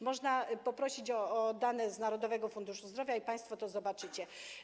Można poprosić o dane z Narodowego Funduszu Zdrowia i państwo to zobaczycie.